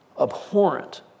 abhorrent